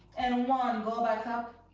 and one, go back up.